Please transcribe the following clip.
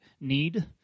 need